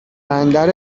بندر